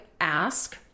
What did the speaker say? ask